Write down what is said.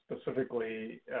specifically